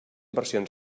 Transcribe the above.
versions